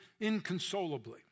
inconsolably